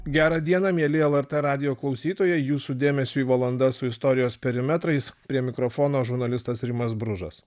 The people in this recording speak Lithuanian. gerą dieną mieli lrt radijo klausytojai jūsų dėmesiui valanda su istorijos perimetrais prie mikrofono žurnalistas rimas bružas